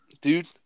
dude